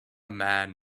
man